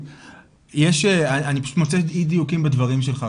אני מוצא אי דיוקים בדברים שלך.